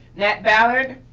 nat ballard.